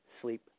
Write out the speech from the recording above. sleep